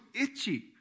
itchy